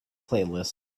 playlist